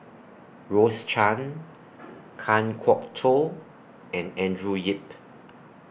Rose Chan Kan Kwok Toh and Andrew Yip